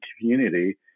community